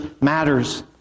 matters